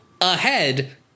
Ahead